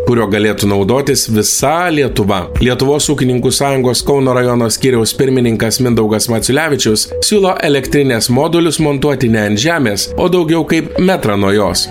kuriuo galėtų naudotis visa lietuva lietuvos ūkininkų sąjungos kauno rajono skyriaus pirmininkas mindaugas maciulevičius siūlo elektrinės modulius montuoti ne ant žemės o daugiau kaip metrą nuo jos